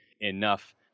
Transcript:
enough